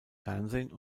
fernsehen